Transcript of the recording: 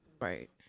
Right